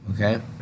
Okay